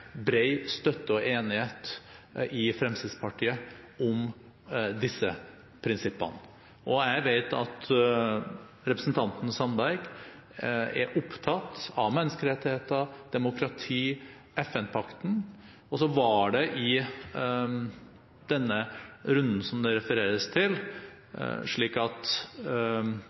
støtte for og enighet om disse prinsippene. Og jeg vet at representanten Sandberg er opptatt av menneskerettigheter, demokrati og FN-pakten, og i den runden som det refereres til, så var det slik at